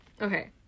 Okay